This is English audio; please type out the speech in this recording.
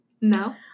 no